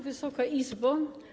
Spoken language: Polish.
Wysoka Izbo!